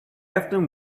often